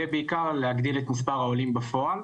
ובעיקר להגדיל את מספר העולים בפועל.